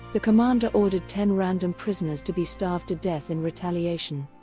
the commander ordered ten random prisoners to be starved to death in retaliation.